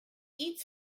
eats